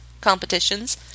competitions